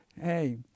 hey